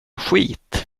skit